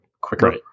quicker